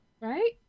Right